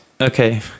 Okay